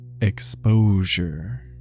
exposure